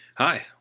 Hi